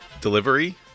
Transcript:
delivery